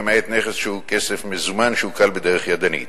למעט נכס שהוא כסף מזומן שעוקל בדרך ידנית.